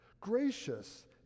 gracious